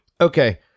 Okay